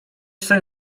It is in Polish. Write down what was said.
sen